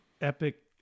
epic